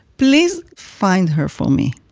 please find her for me.